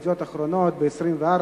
ב"ידיעות אחרונות" ב-"24"